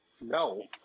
No